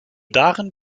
darin